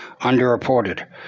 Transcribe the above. underreported